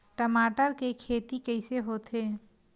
टमाटर के खेती कइसे होथे?